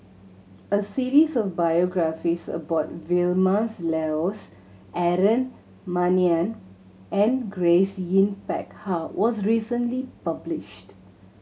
a series of biographies about Vilma Laus Aaron Maniam and Grace Yin Peck Ha was recently published